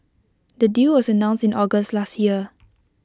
the deal was announced in August last year